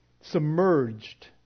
submerged